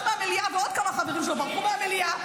מהמליאה ועוד כמה חברים שלו ברחו מהמליאה.